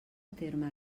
terme